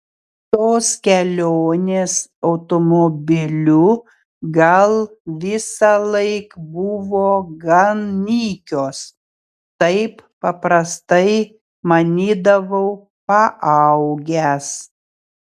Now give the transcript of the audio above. tos kelionės automobiliu gal visąlaik buvo gan nykios taip paprastai manydavau paaugęs